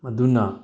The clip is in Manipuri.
ꯃꯗꯨꯅ